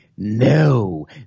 No